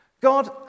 God